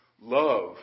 love